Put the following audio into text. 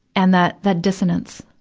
and that, that dissonance,